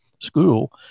school